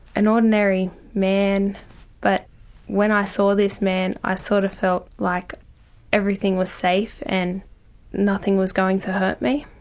an ordinary man but when i saw this man i sort of felt like everything was safe and nothing was going to hurt me.